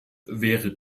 wäre